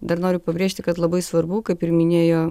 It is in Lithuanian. dar noriu pabrėžti kad labai svarbu kaip ir minėjo